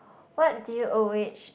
what do you always